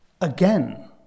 again